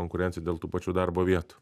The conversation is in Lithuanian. konkurencija dėl tų pačių darbo vietų